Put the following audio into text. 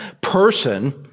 person